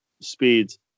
speeds